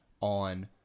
on